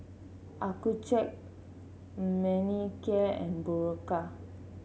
Accucheck Manicare and Berocca